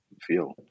feel